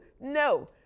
No